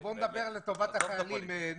לטובת החיילים.